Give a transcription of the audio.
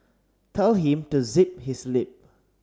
tell him to zip his lip